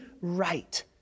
right